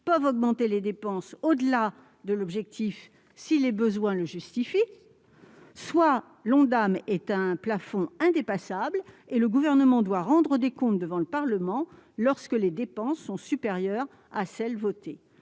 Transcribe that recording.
peuvent augmenter les dépenses au-delà de cet objectif, si les besoins le justifient ; soit l'Ondam est un plafond indépassable et le Gouvernement doit rendre des comptes devant le Parlement lorsque les dépenses sont supérieures à celles qui